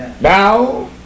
Now